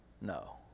No